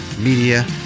media